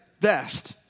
best